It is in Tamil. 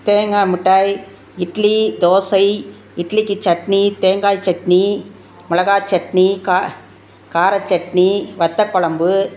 தேங்காய் மிட்டாய் இட்லி தோசை இட்லிக்கு சட்னி தேங்காய் சட்னி மிளகா சட்னி கா கார சட்னி வத்தக்கொழம்பு